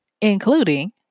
including